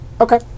Okay